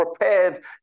prepared